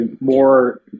more